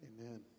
Amen